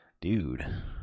dude